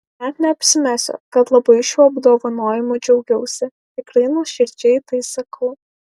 net neapsimesiu kad labai šiuo apdovanojimu džiaugiausi tikrai nuoširdžiai tai sakau